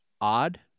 odd